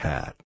Hat